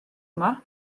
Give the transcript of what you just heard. yma